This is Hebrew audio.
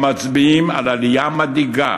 המצביעים על עלייה מדאיגה